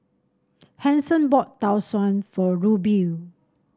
Hanson bought Tau Suan for Rubye